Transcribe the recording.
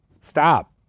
stop